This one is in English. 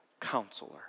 Counselor